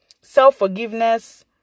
self-forgiveness